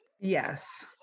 yes